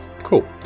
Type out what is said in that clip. cool